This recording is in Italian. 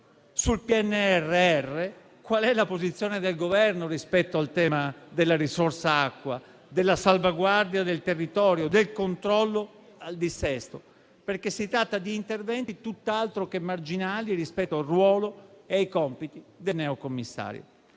al PNRR qual è la posizione del Governo rispetto al tema della risorsa acqua, della salvaguardia del territorio e del controllo al dissesto, perché si tratta di interventi tutt'altro che marginali in relazione al ruolo e ai compiti del neocommissario.